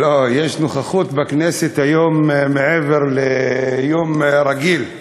לא, יש נוכחות בכנסת היום מעבר ליום רגיל,